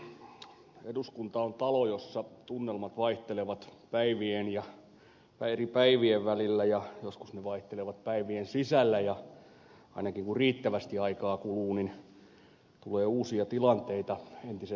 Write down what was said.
eduskunta on talo jossa tunnelmat vaihtelevat eri päivien välillä ja joskus ne vaihtelevat päivien sisällä ja ainakin kun riittävästi aikaa kuluu niin tulee uusia tilanteita entiset unohtuvat